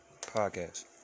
Podcast